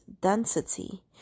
density